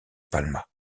palma